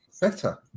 better